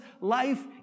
life